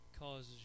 causes